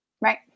Right